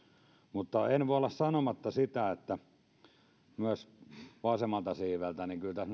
mutta en voi olla sanomatta että kyllä tässä myös vasemmalta siiveltä